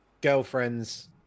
girlfriend's